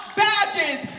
badges